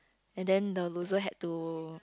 and then the loser had to